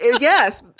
Yes